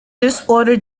disorder